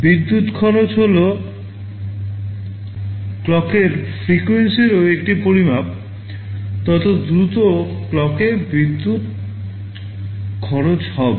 বিদ্যুৎ খরচ হল ক্লকের ফ্রিকোয়েন্সিরও একটি পরিমাপ তত দ্রুত ক্লক এ বিদ্যুতের খরচ হবে